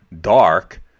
dark